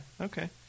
okay